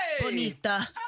Bonita